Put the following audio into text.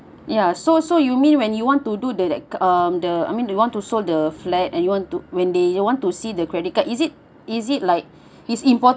ya so so you mean when you want to do that like um the I mean you want to sold the flat and you want to when they want to see the credit card is it is it like is important